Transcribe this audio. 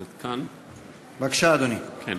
בבקשה, אדוני.